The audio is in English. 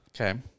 Okay